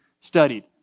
studied